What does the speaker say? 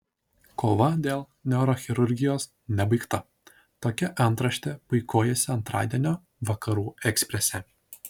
kova dėl neurochirurgijos nebaigta tokia antraštė puikuojasi antradienio vakarų eksprese